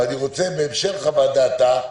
אבל בהמשך חוות דעתה,